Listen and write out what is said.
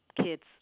kids